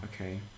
Okay